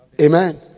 Amen